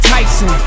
Tyson